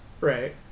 Right